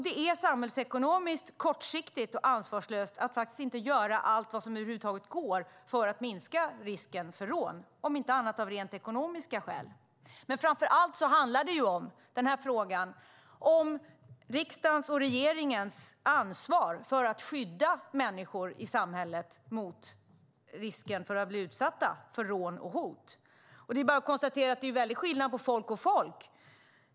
Det är samhällsekonomiskt kortsiktigt och ansvarslöst att inte göra allt som över huvud taget går för att minska risken för rån, om inte annat av rent ekonomiska skäl. Framför allt handlar det om riksdagens och regeringens ansvar för att skydda människor i samhället mot risken att bli utsatta för rån och hot. Det är bara att konstatera att det är en väldig skillnad på folk och folk.